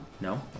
No